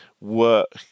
work